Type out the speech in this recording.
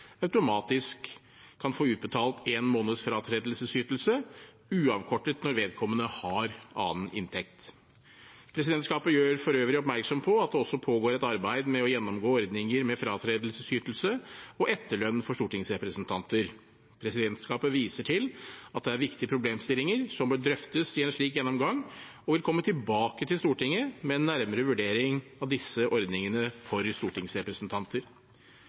automatisk kan få utbetalt en måneds fratredelsesytelse uavkortet når vedkommende har annen inntekt. Presidentskapet gjør for øvrig oppmerksom på at det også pågår et arbeid med å gjennomgå ordninger med fratredelsesytelse og etterlønn for stortingsrepresentanter. Presidentskapet viser til at det er viktige problemstillinger som bør drøftes i en slik gjennomgang, og vil komme tilbake til Stortinget med en nærmere vurdering av disse ordningene for stortingsrepresentanter.